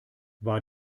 war